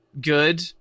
good